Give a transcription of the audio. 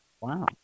Wow